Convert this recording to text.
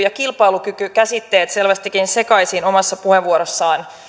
ja kilpailukykykäsitteet selvästikin sekaisin omassa puheenvuorossaan